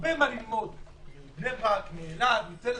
הרבה מה ללמוד מבני ברק, מאלעד, מטלז-סטון.